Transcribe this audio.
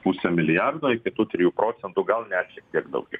pusę milijardo iki tų trijų procentų gal net šiek tiek daugiau